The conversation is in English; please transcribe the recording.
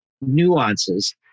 nuances